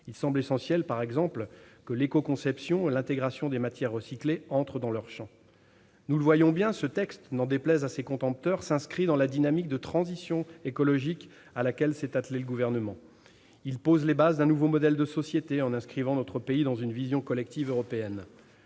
Il semble essentiel par exemple que l'éco-conception, l'intégration des matières recyclées entrent dans leur champ. Nous le voyons bien, ce texte, n'en déplaise à ses contempteurs, s'inscrit dans la dynamique de transition écologique à laquelle s'est attelé le Gouvernement. Il pose les bases d'un nouveau modèle de société en inscrivant notre pays dans une vision collective européenne.